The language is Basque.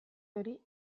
hori